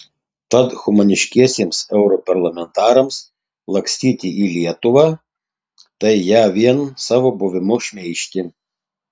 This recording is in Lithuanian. tad humaniškiesiems europarlamentarams lakstyti į lietuvą tai ją vien savo buvimu šmeižti